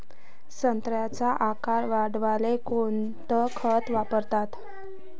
संत्र्याचा आकार वाढवाले कोणतं खत वापराव?